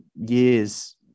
years